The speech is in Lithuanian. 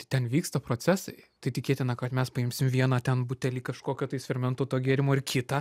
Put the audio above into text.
tai ten vyksta procesai tai tikėtina kad mes paimsim vieną ten butelį kažkokio tais fermentuoto gėrimo ir kitą